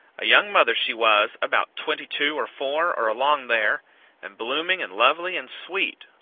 a young mother she was, about twenty two or four, or along there and blooming and lovely and sweet?